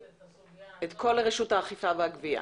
את הסוגיה הזאת ---- את כל רשות האכיפה והגבייה,